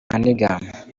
nigga